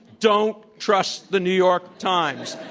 don't trust the new york times.